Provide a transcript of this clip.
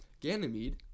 Ganymede